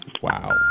Wow